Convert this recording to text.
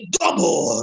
double